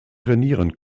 trainieren